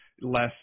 less